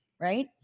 right